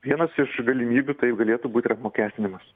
vienas iš galimybių taip galėtų būt ir apmokestinimas